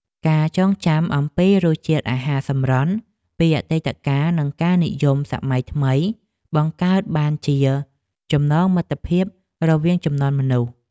ការចងចាំអំពីរសជាតិអាហារសម្រន់ពីអតីតកាលនិងការនិយមសម័យថ្មីបង្កើតបានជាចំណងមិត្តភាពរវាងជំនាន់មនុស្ស។